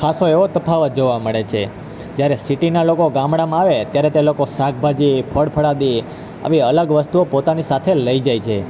ખાસો એવો તફાવત જોવા મળે છે જ્યારે સિટીના લોકો ગામડામાં આવે ત્યારે તે લોકો શાકભાજી ફળફળાદી આવી અલગ વસ્તુઓ પોતાની સાથે લઈ જાય છે